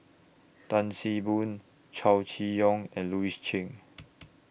Tan See Boo Chow Chee Yong and Louis Chen